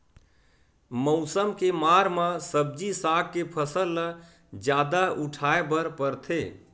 मउसम के मार म सब्जी साग के फसल ल जादा उठाए बर परथे